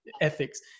ethics